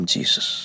Jesus